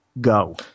go